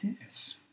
Yes